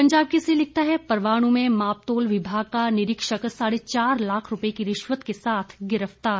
पंजाब केसरी लिखता है परवाणू में मापतोल विभाग का निरीक्षक साढ़े चार लाख रूपए की रिश्वत के साथ गिरफतार